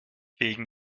wegen